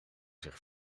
zich